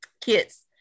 kids